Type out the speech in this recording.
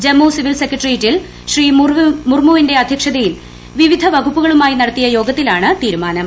Jammu civil സെക്രട്ടേറിയറ്റിൽ ശ്രീ മുർമുവിന്റെ അധ്യക്ഷതയിൽ വിവിധ വകുപ്പുകളുമായി നടത്തിയ യോഗത്തിലാണ് തീരുമാനം